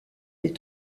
des